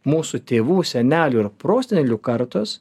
mūsų tėvų senelių ir prosenelių kartos